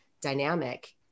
dynamic